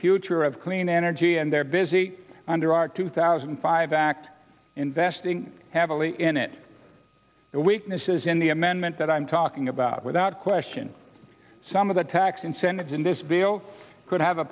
future of clean energy and they're busy under our two thousand and five act investing heavily in it the weaknesses in the amendment that i'm talking about without question some of the tax incentives in this bill could have a